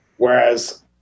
whereas